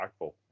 impactful